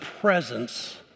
presence